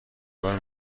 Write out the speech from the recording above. کار